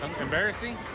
Embarrassing